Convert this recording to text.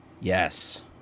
yes